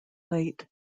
late